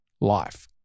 life